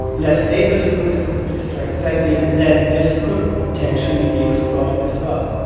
less able to go to a competitor, exactly, and then this could potentially be exploited as well.